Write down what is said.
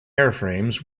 airframes